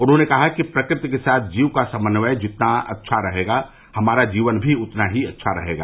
उन्होंने कहा कि प्रकृति के साथ जीव का समन्वय जितना अच्छा रहेगा हमारा जीवन भी उतना ही अच्छा होगा